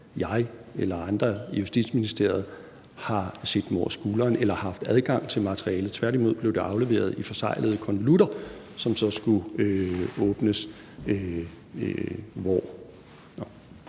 jeg eller andre i Justitsministeriet har set dem over skulderen eller har haft adgang til materialet. Tværtimod blev det afleveret i forseglede konvolutter, som så skulle åbnes.